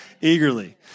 eagerly